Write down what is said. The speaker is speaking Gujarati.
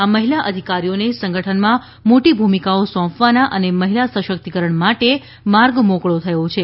આ મહિલા અધિકારીઓને સંગઠનમાં મોટી ભૂમિકાઓ સોપવાના અને મહિલા સશક્તિકરણ માટે માર્ગ મોકળો થયો છે